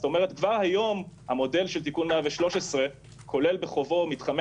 כלומר כבר היום המודל של תיקון מס' 113 כולל בחובו מתחמי